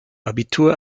abitur